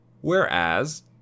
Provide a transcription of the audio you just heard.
Whereas